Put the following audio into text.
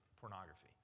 pornography